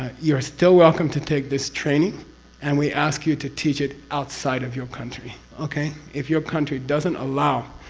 ah you're still welcome to take this training and we ask you to teach it outside of your country. okay? if your country doesn't allow